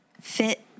fit